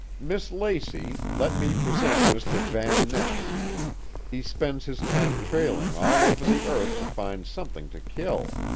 miss lacey, let me present mr. van ness he spends his time trailing all over the earth to find something to kill.